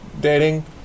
dating